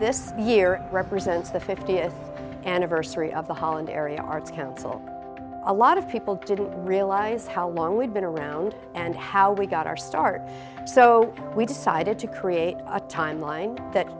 this year represents the fiftieth anniversary of the holland area arts council a lot of people didn't realize how long we'd been around and how we got our start so we decided to create a timeline that